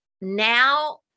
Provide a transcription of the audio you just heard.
now